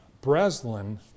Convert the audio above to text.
Breslin